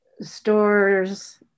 stores